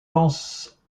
lance